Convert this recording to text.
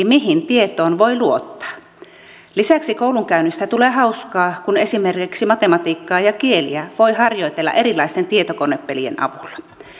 mihin tietoon voi luottaa lisäksi koulunkäynnistä tulee hauskaa kun esimerkiksi matematiikkaa ja kieliä voi harjoitella erilaisten tietokonepelien avulla